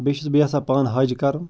بیٚیہِ چھُس بہٕ یژھان پانہٕ حَج کَرُن